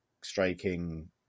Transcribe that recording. striking